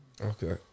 okay